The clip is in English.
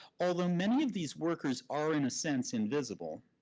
although many of these workers are in a sense invisible,